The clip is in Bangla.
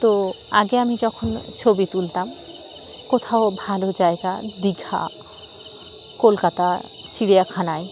তো আগে আমি যখন ছবি তুলতাম কোথাও ভালো জায়গা দীঘা কলকাতা চিড়িয়াখানায়